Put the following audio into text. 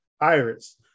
Iris